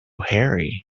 hurry